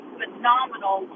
phenomenal